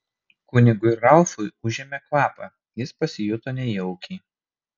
kunigui ralfui užėmė kvapą jis pasijuto nejaukiai